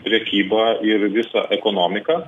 prekybą ir visą ekonomiką